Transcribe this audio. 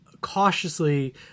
cautiously